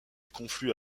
conflue